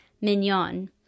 mignon